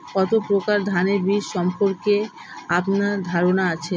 কত প্রকার ধানের বীজ সম্পর্কে আপনার ধারণা আছে?